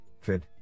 FIT